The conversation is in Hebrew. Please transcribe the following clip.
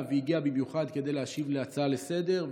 והגיע במיוחד כדי להשיב להצעה לסדר-היום.